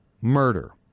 murder